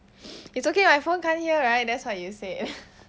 it's okay my phone can't hear right that's what you said